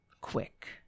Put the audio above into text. quick